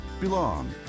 belong